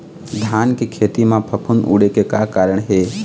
धान के खेती म फफूंद उड़े के का कारण हे?